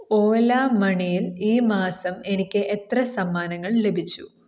ഓല മണിയിൽ ഈ മാസം എനിക്ക് എത്ര സമ്മാനങ്ങൾ ലഭിച്ചു